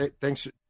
thanks